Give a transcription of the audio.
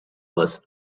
was